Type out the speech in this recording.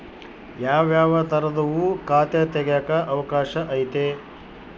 ಯಾವ್ಯಾವ ತರದುವು ಖಾತೆ ತೆಗೆಕ ಅವಕಾಶ ಐತೆ?